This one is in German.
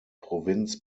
provinz